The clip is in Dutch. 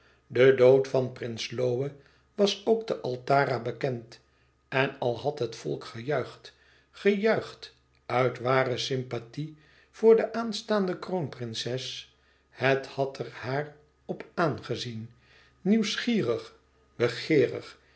de dood van prins lohe was ook te altara bekend en al had het volk gejuicht gejuicht uit ware sympathie voor de aanstaande kroonprinses het had er haar op aangezien nieuwsgierig begeerig